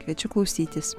kviečiu klausytis